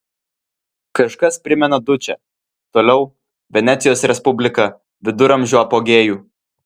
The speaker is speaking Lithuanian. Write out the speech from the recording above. kažkas primena dučę toliau venecijos respubliką viduramžių apogėjų